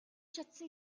чадсан